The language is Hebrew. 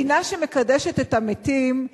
מדינה שמקדשת את המתים,